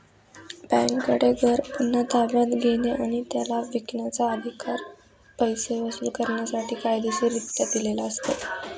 बँकेकडे घर पुन्हा ताब्यात घेणे आणि त्याला विकण्याचा, अधिकार पैसे वसूल करण्यासाठी कायदेशीररित्या दिलेला असतो